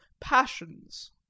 passions